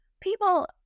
people